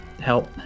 help